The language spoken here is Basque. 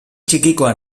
txikikoa